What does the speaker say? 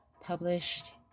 published